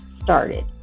started